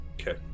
okay